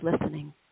listening